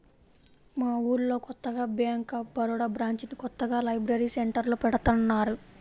మా ఊళ్ళో కొత్తగా బ్యేంక్ ఆఫ్ బరోడా బ్రాంచిని కొత్తగా లైబ్రరీ సెంటర్లో పెడతన్నారు